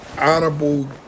honorable